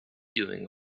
doing